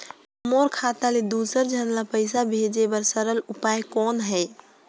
मोर खाता ले दुसर झन ल पईसा भेजे बर सरल उपाय कौन हे?